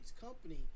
company